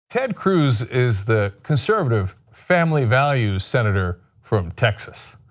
ted cruz is the conservative family values senator from texas,